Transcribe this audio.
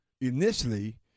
initially